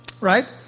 right